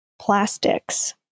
plastics